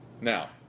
Now